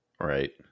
Right